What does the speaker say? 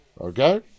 okay